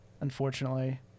unfortunately